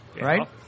right